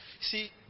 See